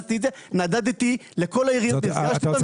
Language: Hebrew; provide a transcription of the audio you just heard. נדדתי לכל העיריות ונפגשתי איתם.